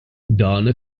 donna